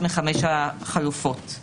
חובתו